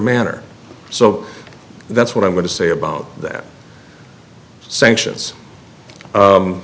manner so that's what i'm going to say about that sanctions